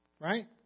Right